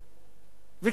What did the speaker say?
וכך הלאה וכך הלאה,